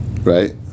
right